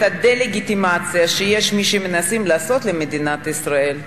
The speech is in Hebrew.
דה-לגיטימציה שיש מי שמנסים לעשות למדינת ישראל,